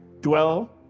Dwell